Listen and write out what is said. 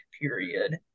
period